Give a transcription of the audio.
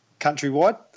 countrywide